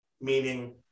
meaning